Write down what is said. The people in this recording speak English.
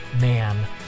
man